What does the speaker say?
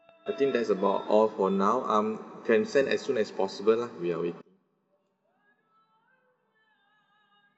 I think that's about all for now um can send as soon as possible lah we are wait